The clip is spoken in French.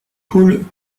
pôles